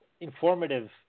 informative